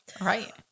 Right